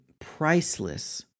priceless